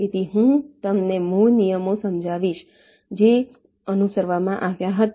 તેથી હું તમને મૂળ નિયમો જણાવીશ જે અનુસરવામાં આવ્યા હતા